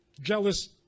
jealous